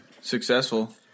successful